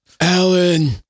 Alan